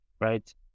right